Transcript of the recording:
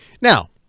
Now